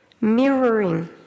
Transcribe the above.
Mirroring